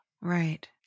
right